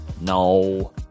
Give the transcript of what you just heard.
No